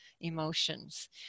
emotions